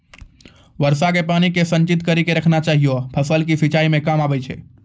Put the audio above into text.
वर्षा के पानी के संचित कड़ी के रखना चाहियौ फ़सल के सिंचाई मे काम आबै छै?